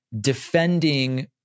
Defending